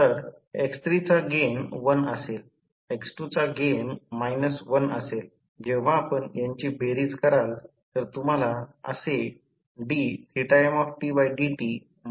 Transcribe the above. आणि ज्याला transformer rating म्हणतात त्याचे रेटिंग 100 KVA आहे म्हणून ते दिले गेले आहे I2 I 1 X2 100 1000 कारण KVR ते व्होल्ट अँपिअर मध्ये रूपांतरित करीत आहेत